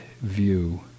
view